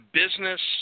business